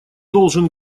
должен